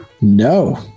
no